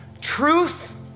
truth